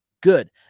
good